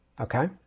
Okay